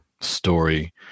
story